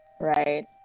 right